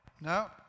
no